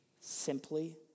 simply